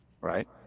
right